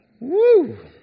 Woo